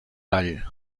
tall